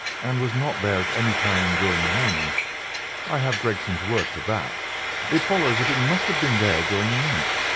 and was not there at any time during the morning i have gregson's word for that it follows that it must have been there during the night,